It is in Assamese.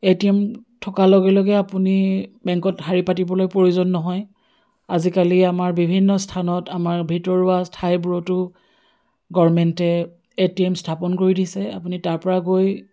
এটিএম থকাৰ লগে লগে আপুনি বেংকত শাৰী পাতিবলৈ প্ৰয়োজন নহয় আজিকালি আমাৰ বিভিন্ন স্থানত আমাৰ ভিতৰুৱা ঠাইবোৰতো গভৰ্ণমেণ্টে এটিএম স্থাপন কৰি দিছে আপুনি তাৰ পৰা গৈ